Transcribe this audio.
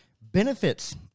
benefits